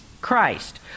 Christ